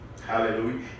Hallelujah